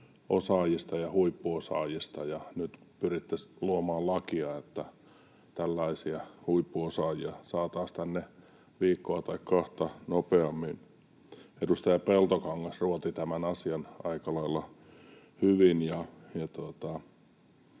osaajista ja huippuosaajista, ja nyt pyritte luomaan lakia, että tällaisia huippuosaajia saataisiin tänne viikkoa tai kahta nopeammin. Edustaja Peltokangas ruoti tämän asian aika lailla hyvin,